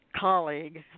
colleague